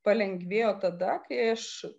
palengvėjo tada kai aš